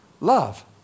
love